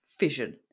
fission